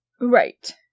Right